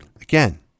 Again